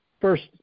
first